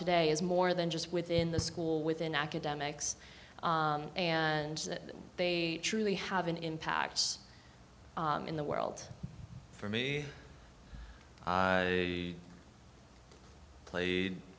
today is more than just within the school within academics and they truly have an impact in the world for me played